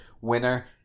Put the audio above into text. winner